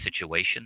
situation